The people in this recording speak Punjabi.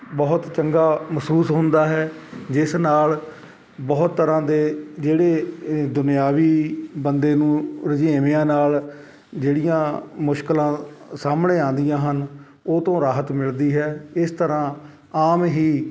ਬਹੁਤ ਚੰਗਾ ਮਹਿਸੂਸ ਹੁੰਦਾ ਹੈ ਜਿਸ ਨਾਲ ਬਹੁਤ ਤਰ੍ਹਾਂ ਦੇ ਜਿਹੜੇ ਏ ਦੁਨਿਆਵੀ ਬੰਦੇ ਨੂੰ ਰੁਝੇਵਿਆਂ ਨਾਲ ਜਿਹੜੀਆਂ ਮੁਸ਼ਕਿਲਾਂ ਸਾਹਮਣੇ ਆਉਂਦੀਆਂ ਹਨ ਉਹ ਤੋਂ ਰਾਹਤ ਮਿਲਦੀ ਹੈ ਇਸ ਤਰ੍ਹਾਂ ਆਮ ਹੀ